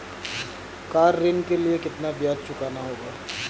Car ऋण के लिए कितना ब्याज चुकाना होगा?